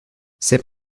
c’est